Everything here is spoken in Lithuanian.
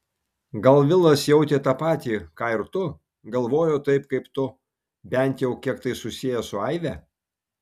gal vilas jautė tą patį ką ir tu galvojo taip kaip tu bent jau kiek tai susiję su aive